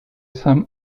some